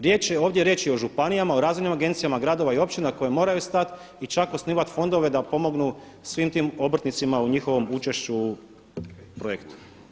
Riječ je, ovdje je riječ i o županijama, o razvojnim agencijama gradova i općina koje moraju stati i čak osnivati fondove da pomognu svim tim obrtnicima u njihovom učešću u projektu.